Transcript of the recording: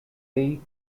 its